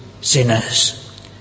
sinners